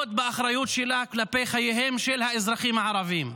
לעמוד באחריות שלהן כלפי חייהם של האזרחים הערבים.